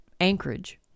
Anchorage